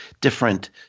different